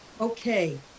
Okay